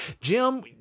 Jim